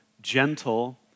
gentle